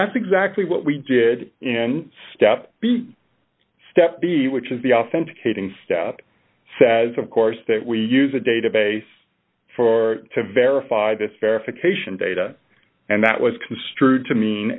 that's exactly what we did in step b step b which is the authenticating step says of course that we use a database for to verify this verification data and that was construed to mean